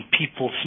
people